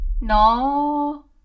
no